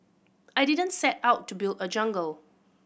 I didn't set out to build a jungle